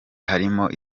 harimo